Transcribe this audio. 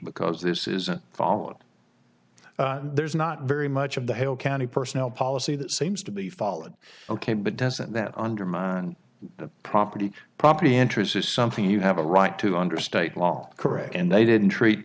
because this isn't followed there's not very much of the hill county personnel policy that seems to be falling ok but doesn't that undermine property property interests is something you have a right to under state law correct and they didn't treat